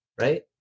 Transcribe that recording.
Right